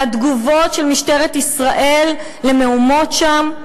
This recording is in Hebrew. על התגובות של משטרת ישראל למהומות שם.